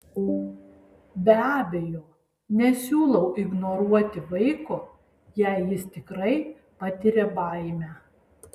be abejo nesiūlau ignoruoti vaiko jei jis tikrai patiria baimę